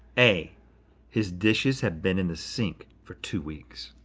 a his dishes have been in the sink for two weeks.